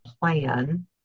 plan